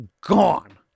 gone